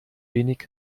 wenig